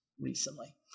recently